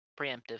Preemptive